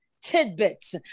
tidbits